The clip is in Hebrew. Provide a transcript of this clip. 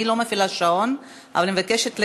אני לא מפעילה שעון, אבל אני מבקשת לקצר.